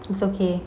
it's okay